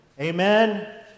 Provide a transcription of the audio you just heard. Amen